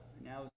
now